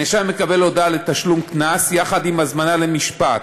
הנאשם מקבל הודעה לתשלום קנס יחד עם הזמנה למשפט,